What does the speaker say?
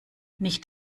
nicht